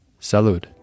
Salud